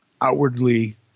outwardly